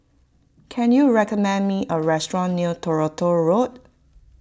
can you recommend me a restaurant near Toronto Road